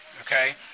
okay